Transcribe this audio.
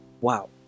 wow